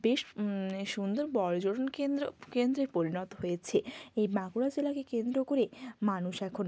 বেশ সুন্দর পর্যটন কেন্দ্র কেন্দ্রে পরিণত হয়েছে এই বাঁকুড়া জেলাকে কেন্দ্র করে মানুষ এখন